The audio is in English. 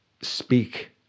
speak